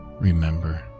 Remember